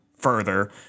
further